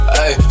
Hey